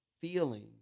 feeling